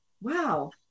wow